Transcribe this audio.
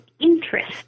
interest